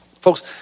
Folks